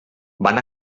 van